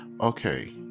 okay